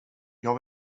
jag